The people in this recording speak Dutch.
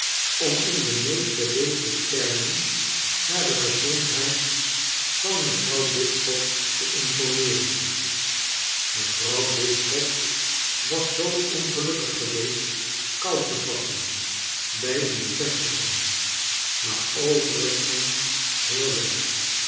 om in de meest beleefde termen naar de gezondheid van mevrouw bisschop te informeeren mevrouw bisschop was zoo ongelukkig geweest kooi te vatten bij een bevestiging maar overigens heel wel